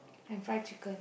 and fried chicken